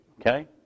Okay